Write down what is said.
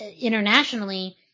internationally